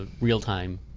real-time